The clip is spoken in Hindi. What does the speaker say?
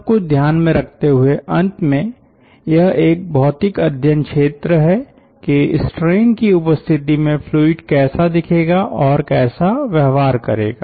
सब कुछ ध्यान में रखते हुए अंत में यह एक भौतिक अध्यनक्षेत्र है कि स्ट्रेन की उपस्थिति में फ्लूइड कैसा दिखेगा और कैसा व्यवहार करेगा